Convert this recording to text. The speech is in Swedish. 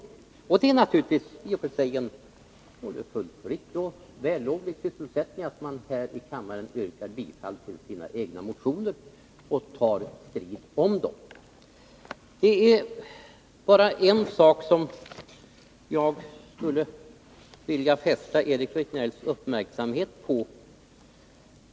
I och för sig är det naturligtvis både fullt riktigt och vällovligt att man här i kammaren yrkar bifall till sina egna motioner och tar strid om dem. Det är bara en sak som jag skulle vilja fästa Eric Rejdnells uppmärksamhet på.